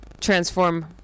transform